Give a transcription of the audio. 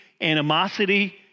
animosity